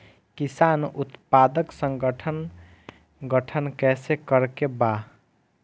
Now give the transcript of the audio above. किसान उत्पादक संगठन गठन कैसे करके बा?